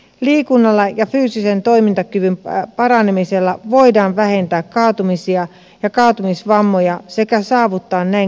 liikunnalla ja fyysisen toimintakyvyn paranemisella voidaan vähentää kaatumisia ja kaatumisvammoja sekä saavuttaa näin kansantaloudellisia hyötyjä